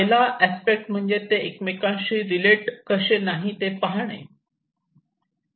पहिला अस्पेक्ट म्हणजे ते एकमेकांशी रिलेट कसे नाही ते पाहणे